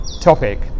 topic